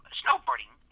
snowboarding